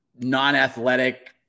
non-athletic